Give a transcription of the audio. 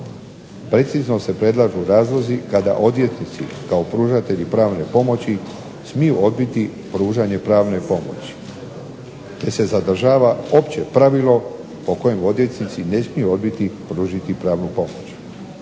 Precizno se predlažu razlozi kada odvjetnici kao pružatelji pravne pomoći smiju odbiti pružanje pravne pomoći te se zadržava opće pravilo po kojem odvjetnici ne smiju odbiti pružiti pravnu pomoć.